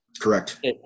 Correct